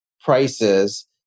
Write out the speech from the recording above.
prices